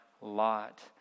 lot